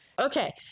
Okay